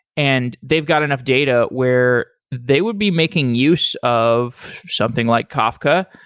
and they've got enough data where they would be making use of something like kafka.